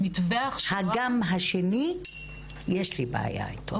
שהמתווה ההכשרה --- האג"ם השני יש לי בעיה איתו,